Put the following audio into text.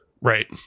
Right